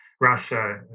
Russia